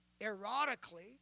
erotically